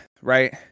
right